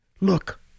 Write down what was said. look